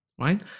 right